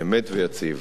אמת ויציב.